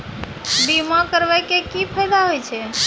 बीमा करबै के की फायदा होय छै?